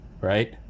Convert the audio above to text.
right